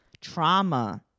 trauma